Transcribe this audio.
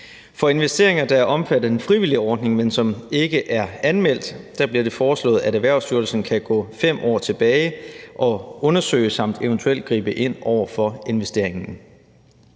For investeringer, der er omfattet af den frivillige ordning, men som ikke er anmeldt, bliver det foreslået, at Erhvervsstyrelsen kan gå 5 år tilbage og undersøge samt eventuelt gribe ind over for investeringen.